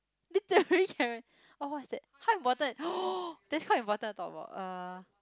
literally can oh what is that how important that's quite important to talk about uh